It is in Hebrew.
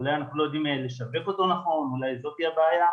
אולי אנחנו לא יודעים לשווק אותו נכון ואולי זאת היא הבעיה.